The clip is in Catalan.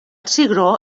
cigró